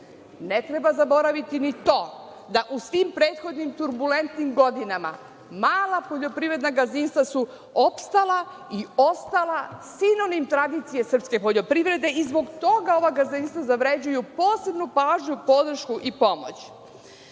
Ne treba zaboraviti ni to da u svim prethodnim turbulentnim godinama mala poljoprivredna gazdinstva su opstala i ostala sinonim tradicije srpske poljoprivrede i zbog toga ova gazdinstva zavređuju posebnu pažnju, podršku i